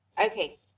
okay